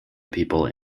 people